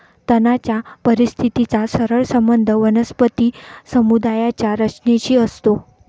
तणाच्या परिस्थितीचा सरळ संबंध वनस्पती समुदायाच्या रचनेशी असतो